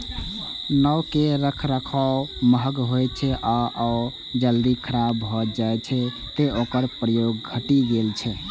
नाव के रखरखाव महग होइ छै आ ओ जल्दी खराब भए जाइ छै, तें ओकर प्रयोग घटि गेल छै